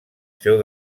seu